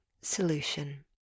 solution